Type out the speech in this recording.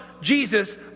Jesus